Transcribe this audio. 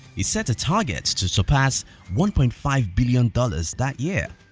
he set a target to surpass one point five billion dollars that year.